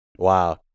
wow